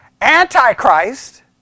Antichrist